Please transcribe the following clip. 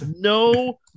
no